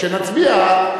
כשנצביע,